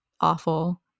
awful